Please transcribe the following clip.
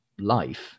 life